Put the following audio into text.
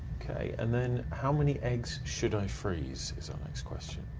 okay, and then, how many eggs should i freeze is our next question.